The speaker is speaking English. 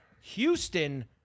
Houston